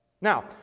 Now